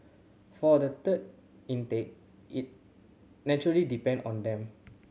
for the third intake it natural depend on them